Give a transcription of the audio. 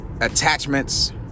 attachments